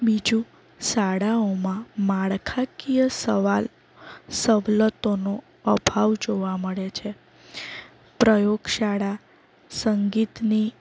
બીજું શાળાઓમાં માળખાકીય સવાલ સવલતોનો અભાવ જોવા મળે છે પ્રયોગ શાળા સંગીતની